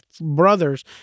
brothers